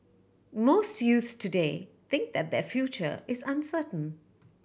most youths today think that their future is uncertain